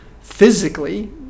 physically